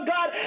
God